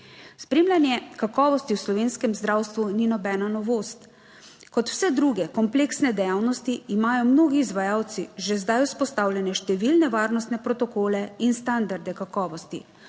Spremljanje kakovosti v slovenskem zdravstvu ni nobena novost, kot vse druge kompleksne dejavnosti imajo mnogi izvajalci že zdaj vzpostavljene številne varnostne protokole in standarde kakovosti,